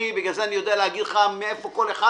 בגלל זה אני יודע להגיד לך מאיפה כל אחד,